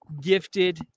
gifted